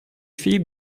philippe